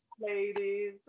ladies